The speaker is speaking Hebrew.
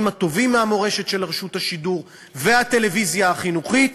הטובים מהמורשת של רשות השידור והטלוויזיה החינוכית,